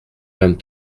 vingt